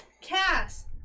Cass